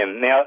Now